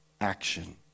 action